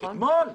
לא, אתמול.